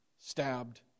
stabbed